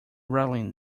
rattling